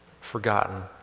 forgotten